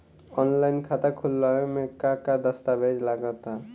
Online खाता खूलावे म का का दस्तावेज लगा ता?